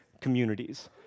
communities